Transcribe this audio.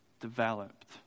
developed